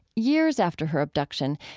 years after her abduction,